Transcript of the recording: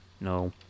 No